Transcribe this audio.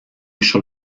schon